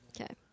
Okay